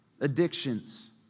addictions